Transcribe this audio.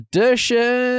Edition